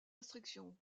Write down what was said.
instruction